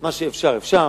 מה שאפשר אפשר,